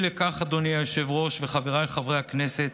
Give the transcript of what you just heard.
אי לכך, אדוני היושב-ראש וחבריי חברי הכנסת,